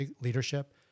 leadership